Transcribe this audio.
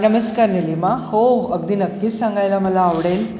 नमस्कार निलिमा हो अगदी नक्कीच सांगायला मला आवडेल